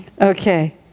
Okay